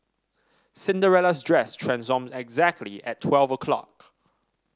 Cinderella's dress transformed exactly at twelve o' clock